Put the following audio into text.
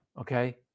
Okay